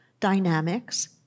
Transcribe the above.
Dynamics